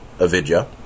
avidya